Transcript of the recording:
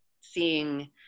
seeing